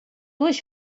duas